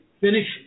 finish